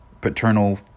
paternal